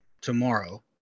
tomorrow